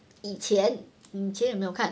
以前你以前有没有看